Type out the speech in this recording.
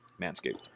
Manscaped